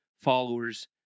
followers